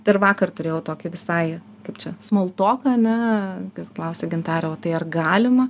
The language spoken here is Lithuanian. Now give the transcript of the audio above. dar vakar turėjau tokį visai kaip čia smultoką ar ne kad klausia gintare o tai ar galima